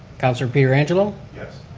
councilor pietrangelo. yes.